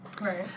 Right